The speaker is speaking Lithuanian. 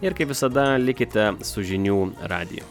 ir kaip visada likite su žinių radiju